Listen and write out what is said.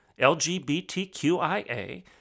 LGBTQIA